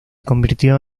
convirtió